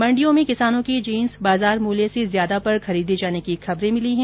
मंडियों में किसानों की जिन्स बाजार मूल्य से ज्यादा पर खरीदे जाने की खबर मिली है